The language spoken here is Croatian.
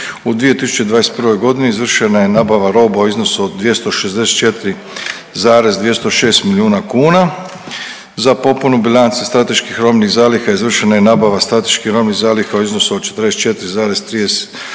u 2021.g. izvršena je nabava roba u iznosu od 264,206 milijuna kuna, za popunu bilanci strateških robnih zaliha izvršena je nabava strateških robnih zaliha u iznosu od 44,3